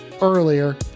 earlier